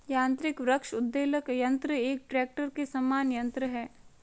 यान्त्रिक वृक्ष उद्वेलक यन्त्र एक ट्रेक्टर के समान यन्त्र है